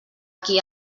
qui